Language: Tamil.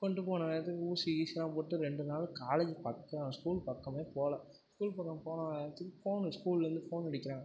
கொண்டு போன வேகத்துக்கு ஊசி கீசிலாம் போட்டு ரெண்டு நாள் காலேஜு பக்கம் ஸ்கூல் பக்கமே போகல ஸ்கூல் பக்கம் போகலன்னு என்னாச்சு ஃபோனு ஸ்கூலேருந்து ஃபோன் அடிக்கிறாங்க